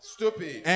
Stupid